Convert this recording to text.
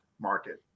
market